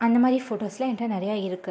அந்தமாதிரி ஃபோட்டோஸ்லான் என்கிட்ட நிறையா இருக்குது